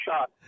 shot